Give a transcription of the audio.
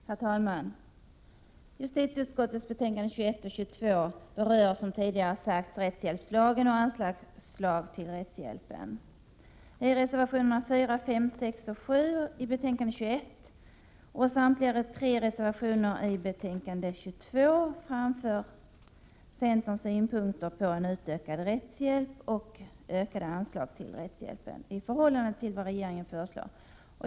Herr talman! Justitieutskottets betänkanden 21 och 22 berör rättshjälpslagen och anslag till rättshjälpen. I reservationerna 4, 5, 6 och 7 i betänkandet 21 och samtliga tre reservationer i betänkandet 22 framför centern synpunkter på en utökad rättshjälp och ökade anslag till rättshjälpen i förhållande till vad regeringen föreslår.